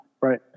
Right